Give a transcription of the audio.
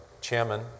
chairman